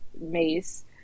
Mace